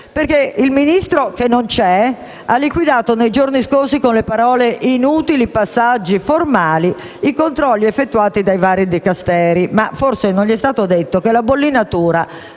Il Ministro, che non c'è, infatti, ha liquidato nei giorni scorsi, come inutili passaggi formali, i controlli effettuati dai vari Dicasteri, ma forse non gli è stato detto che la bollinatura